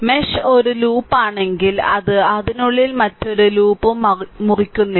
mesh ഒരു ലൂപ്പാണെങ്കിൽ അത് അതിനുള്ളിൽ മറ്റൊരു ലൂപ്പും മുറിക്കുന്നില്ല